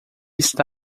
está